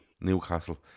newcastle